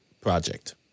project